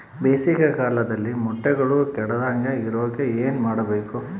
ಬೇಸಿಗೆ ಕಾಲದಲ್ಲಿ ಮೊಟ್ಟೆಗಳು ಕೆಡದಂಗೆ ಇರೋಕೆ ಏನು ಮಾಡಬೇಕು?